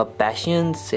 passions